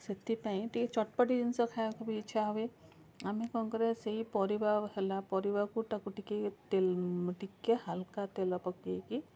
ସେଥିପାଇଁ ଟିକିଏ ଚଟପଟି ଜିନିଷ ଖାଇବାକୁ ବି ଇଛା ହୁଏ ଆମେ କ'ଣ କରିବା ସେହି ପରିବା ହେଲା ପରିବାକୁ ତାକୁ ଟିକିଏ ଟିକିଏ ହାଲୁକା ତେଲ ପକେଇକି